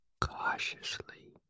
cautiously